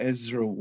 Ezra